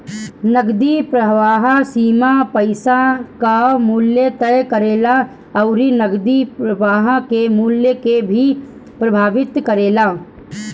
नगदी प्रवाह सीमा पईसा कअ मूल्य तय करेला अउरी नगदी प्रवाह के मूल्य के भी प्रभावित करेला